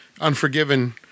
Unforgiven